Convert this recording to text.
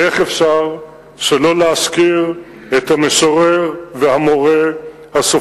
ואיך אפשר שלא להזכיר את המשורר והמורה,